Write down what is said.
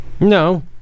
No